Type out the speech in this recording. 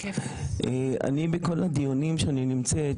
אני בכל הדיונים שאני נמצאת,